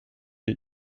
est